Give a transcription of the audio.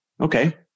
okay